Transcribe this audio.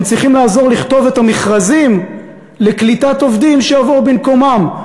הם צריכים לעזור לכתוב את המכרזים לקליטת עובדים שיבואו במקומם,